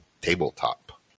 tabletop